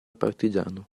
partigiano